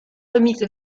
remix